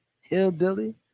hillbilly